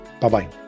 Bye-bye